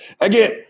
Again